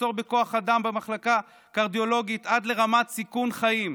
מחסור בכוח אדם במחלקה הקרדיולוגית עד לרמת סיכון חיים,